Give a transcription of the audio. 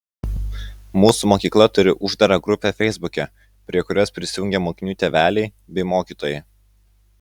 mūsų mokykla turi uždarą grupę feisbuke prie kurios prisijungę mokinių tėveliai bei mokytojai